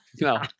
No